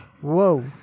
Whoa